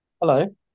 Hello